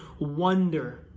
wonder